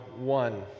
one